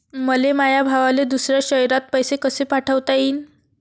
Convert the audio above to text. मले माया भावाले दुसऱ्या शयरात पैसे कसे पाठवता येईन?